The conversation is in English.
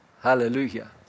Hallelujah